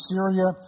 Syria